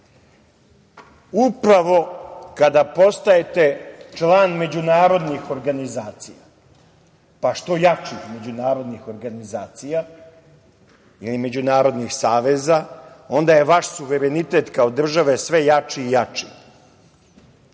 upravo kada postajete član međunarodnih organizacija, što jačih međunarodnih organizacija ili međunarodnih saveza, onda je vaš suverenitet kao države sve jači i